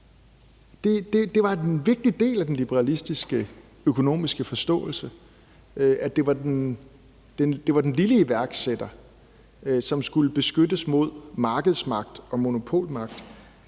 var en vigtig del af den liberalistiske økonomiske forståelse, altså at det var den lille iværksætter, som skulle beskyttes imod markedsmagt og monopolmagt.